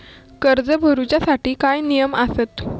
कर्ज भरूच्या साठी काय नियम आसत?